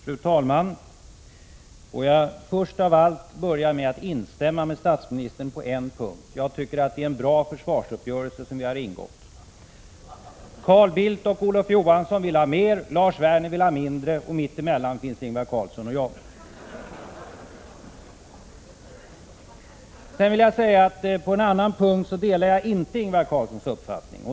Fru talman! Jag vill först av allt börja med att på en punkt instämma i det som statsministern sade. Jag tycker nämligen att det är en bra försvarsuppgörelse som vi har ingått. Carl Bildt och Olof Johansson vill ha mer, Lars Werner vill ha mindre, och mitt emellan finns Ingvar Carlsson och jag. På en annan punkt delar jag inte Ingvar Carlssons uppfattning.